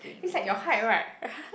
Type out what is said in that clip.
he's like your height right